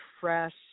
fresh